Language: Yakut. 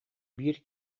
биир